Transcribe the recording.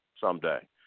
someday